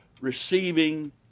Receiving